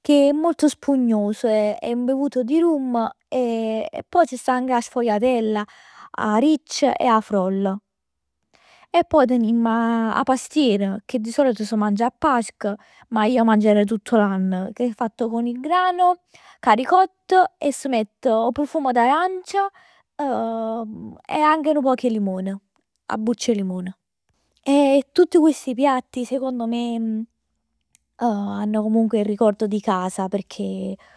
Che è molto spugnoso, è imbevuto di rum. Poi ci sta anche la sfogliatella, 'a riccia e 'a froll. E poj tenimm 'a pastiera che di solito s' mangia a Pasqua che ij 'a mangerei tutto l'ann. Che è fatto con il grano, cu 'a ricott e s' mett 'o profumo d'arancia e anche nu poc 'e limone, 'a buccia 'e limone. E tutti questi piatti secondo me hanno comunque il ricordo di casa, pecchè